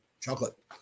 chocolate